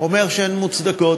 אומר שהן מוצדקות.